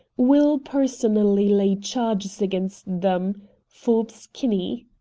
will personally lay charges against them forbes kinney.